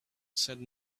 said